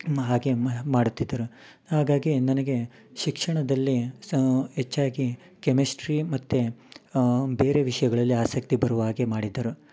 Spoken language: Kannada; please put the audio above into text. ಮಾ ಹಾಗೆ ಮಾಡುತ್ತಿದ್ದರು ಹಾಗಾಗಿ ನನಗೆ ಶಿಕ್ಷಣದಲ್ಲಿ ಸ ಹೆಚ್ಚಾಗಿ ಕೆಮೆಸ್ಟ್ರೀ ಮತ್ತು ಬೇರೆ ವಿಷಯಗಳಲ್ಲಿ ಆಸಕ್ತಿ ಬರುವ ಹಾಗೆ ಮಾಡಿದ್ದರು